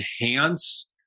enhance